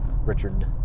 Richard